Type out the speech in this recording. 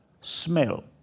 smell